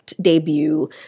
debut